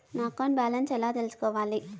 నా account balance ఎలా తెల్సుకోవాలి